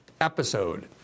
episode